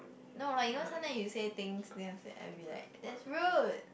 no like you know sometime you say things then I'll say I'll be like that's rude